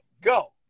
Go